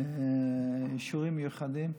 שיצטרכו אישורים מיוחדים.